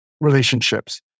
relationships